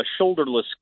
shoulderless